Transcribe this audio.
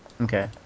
Okay